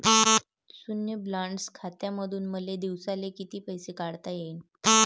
शुन्य बॅलन्स खात्यामंधून मले दिवसाले कितीक पैसे काढता येईन?